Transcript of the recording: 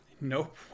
Nope